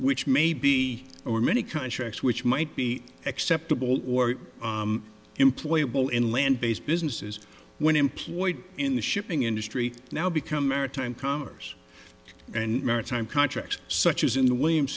which may be over many contracts which might be acceptable or employ it will in land based businesses when employed in the shipping industry now become maritime comers and time contracts such as in the williams